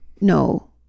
No